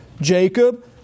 Jacob